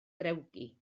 drewgi